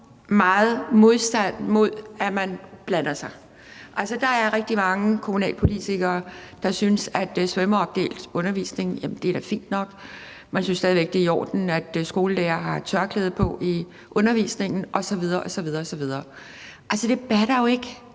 meget modstand mod, at man blander sig. Der er rigtig mange kommunalpolitikere, der synes, at svømmeopdelt undervisning da er fint nok. Man synes stadig væk, det er i orden, at skolelærere har tørklæde på i undervisningen osv. osv. Det batter jo ikke